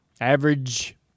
Average